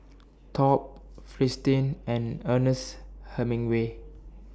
Top Fristine and Ernest Hemingway